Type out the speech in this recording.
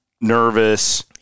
nervous